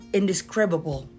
indescribable